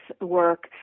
work